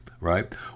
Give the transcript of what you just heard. right